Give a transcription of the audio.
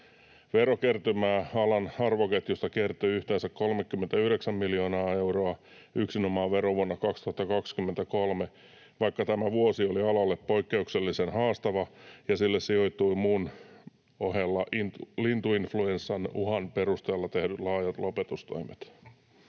Verokertymää alan arvoketjusta kertyi yhteensä 39 miljoonaa euroa yksinomaan verovuonna 2023, vaikka tämä vuosi oli alalle poikkeuksellisen haastava ja sille sijoittui muun ohella lintuinfluenssan uhan perusteella tehdyt laajat lopetustoimet.